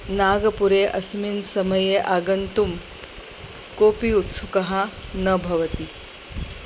नागपुरे अस्मिन् समये आगन्तुं कोपि उत्सुकः न भवति